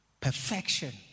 Perfection